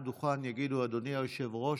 אבל מעל הדוכן יגידו: "אדוני היושב-ראש,